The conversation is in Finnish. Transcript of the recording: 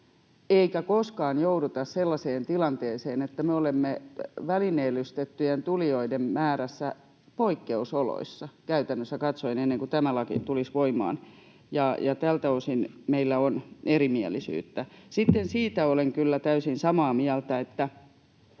eikä koskaan jouduta sellaiseen tilanteeseen, että me olemme välineellistettyjen tulijoiden määrässä käytännössä katsoen poikkeusoloissa, ennen kuin tämä laki tulisi voimaan, ja tältä osin meillä on erimielisyyttä. Sitten siitä olen kyllä täysin samaa mieltä, että